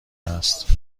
است